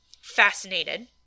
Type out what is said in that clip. fascinated